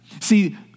See